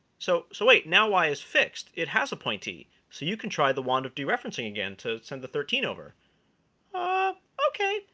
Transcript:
so so, wait, now y is fixed. it has a pointee. so you can try the wand of dereferencing again to send the thirteen over. binky ah ok,